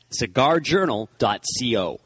cigarjournal.co